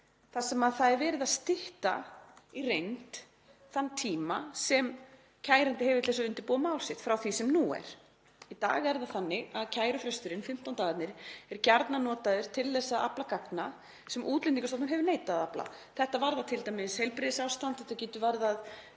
þar sem það er verið að stytta í reynd þann tíma sem kærandi hefur til þess að undirbúa mál sitt frá því sem nú er. Í dag er það þannig að kærufresturinn, 15 dagarnir, er gjarnan notaður til að afla gagna sem Útlendingastofnun hefur neitað að afla. Þetta varðar t.d. heilbrigðisástand, getur varðað